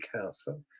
Council